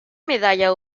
medalla